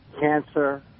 cancer